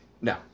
No